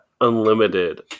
unlimited